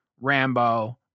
Rambo